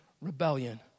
rebellion